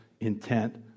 intent